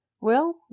Well